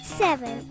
seven